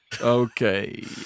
Okay